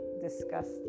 discussed